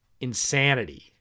insanity